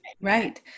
Right